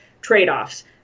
trade-offs